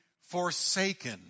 forsaken